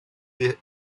die